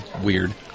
weird